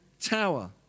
tower